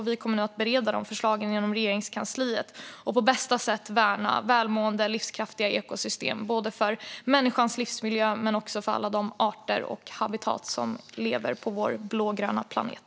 Vi kommer nu att bereda dessa förslag inom Regeringskansliet och på bästa sätt värna välmående och livskraftiga ekosystem, både för människans livsmiljö och för alla de arter och habitat som finns på vår blågröna planet.